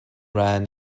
ran